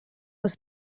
oes